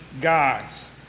guys